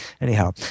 Anyhow